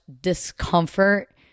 discomfort